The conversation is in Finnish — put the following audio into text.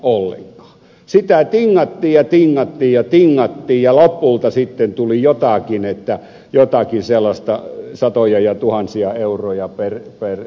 sitä tingattiin ja tingattiin ja tingattiin ja lopulta sitten tuli jotakin jotakin sellaista satoja ja tuhansia euroja per yksikkö